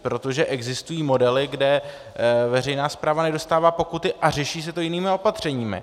Protože existují modely, kde veřejná správa nedostává pokuty a řeší se to jinými opatřeními.